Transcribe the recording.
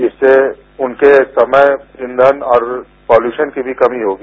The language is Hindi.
इससे उनके समय ईंधन और पॉल्यूशन की भी कमी होगी